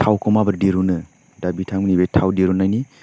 थावखौ माब्रै दिरुनो दा बिथांमोननि बे थाव दिरुन्नायनि